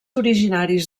originaris